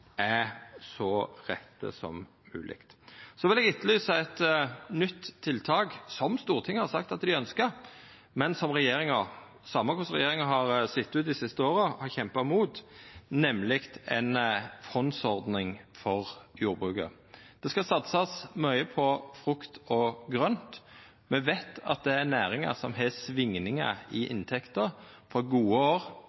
er så rette som mogleg. Så vil eg etterlysa eit nytt tiltak som Stortinget har sagt at dei ønskjer, men som regjeringa, same korleis regjeringa har sett ut dei siste åra, har kjempa mot, nemleg ei fondsordning for jordbruket. Det skal satsast mykje på frukt og grønt. Me veit at det er næringar som har svingingar i